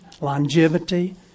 longevity